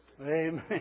Amen